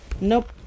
Nope